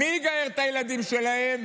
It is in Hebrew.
מי יגייר את הילדים שלהם?